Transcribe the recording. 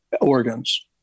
organs